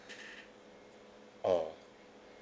oh